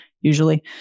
Usually